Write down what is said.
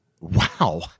wow